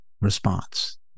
response